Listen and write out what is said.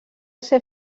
ser